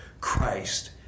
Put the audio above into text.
christ